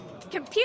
Computer